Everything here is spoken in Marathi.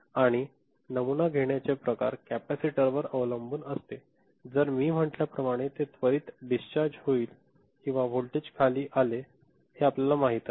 आणि नमुना घेण्याचे प्रमाण कपॅसिटरवर अवलंबून असते जसे मी म्हटल्याप्रमाणे ते त्वरीत डीसचार्जे होईल किंवा व्होल्टेज खाली येते हे आपल्याला माहित आहे